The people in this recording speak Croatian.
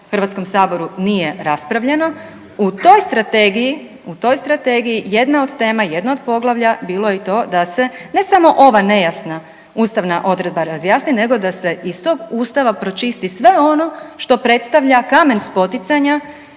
Hrvatskom saboru nije raspravljano, u toj strategiji, u toj strategiji jedna od tema, jedno od poglavlja bilo je i to da se ne samo ova nejasna ustavna odredba razjasni, nego da se iz tog Ustava pročisti sve ono što predstavlja kamen spoticanja